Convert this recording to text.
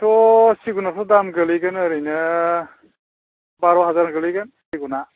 बेथ' सिगुनाथ' दाम गोलैगोन ओरैनो बार' हाजार गोलैगोन सिगुना